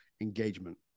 engagement